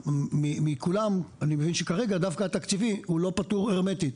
מכולם אני מבין שכרגע דווקא התקציבי הוא לא פטור הרמטי,